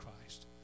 Christ